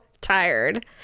tired